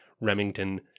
Remington